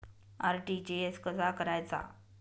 RTGS कसा करायचा?